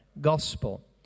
Gospel